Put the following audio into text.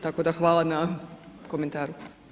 Tako da hvala na komentaru.